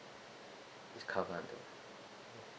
it's covered under